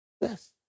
Yes